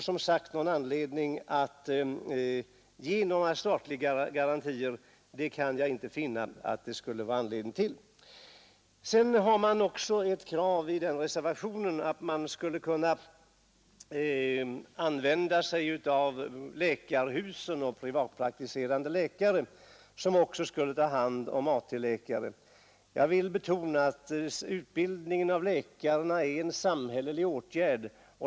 Som sagt, någon anledning att ge några statliga garantier kan jag inte finna. Sedan har man också i reservationen framfört det kravet att man skulle kunna låta även läkarhusen och privatpraktiserande läkare ta hand om AT-tjänsterna. Jag vill betona att utbildningen av läkare är en samhällelig åtgärd.